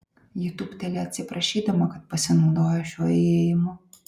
ji tūpteli atsiprašydama kad pasinaudojo šiuo įėjimu